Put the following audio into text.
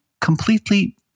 completely